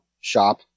shop